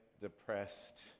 depressed